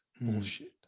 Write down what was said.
Bullshit